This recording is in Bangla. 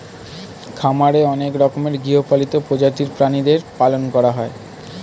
খামারে অনেক রকমের গৃহপালিত প্রজাতির প্রাণীদের পালন করা হয়